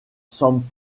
semble